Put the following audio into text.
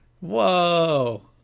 Whoa